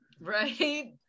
Right